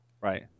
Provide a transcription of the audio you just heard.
Right